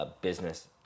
business